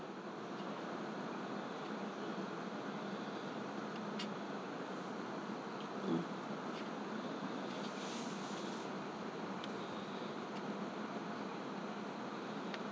mm